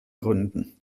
gründen